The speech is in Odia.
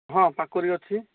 ହଁ ପକୁଡ଼ି ଅଛି